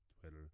Twitter